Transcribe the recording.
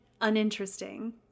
uninteresting